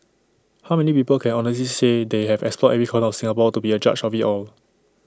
how many people can honestly say they have explored every corner of Singapore to be A judge of IT all